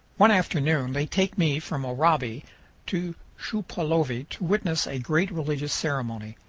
one afternoon they take me from oraibi to shupaulovi to witness a great religious ceremony.